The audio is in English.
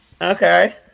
Okay